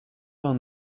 vingt